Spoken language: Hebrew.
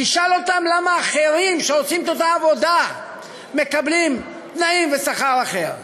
תשאל אותם למה אחרים שעושים את אותה עבודה מקבלים תנאים ושכר אחר.